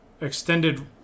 extended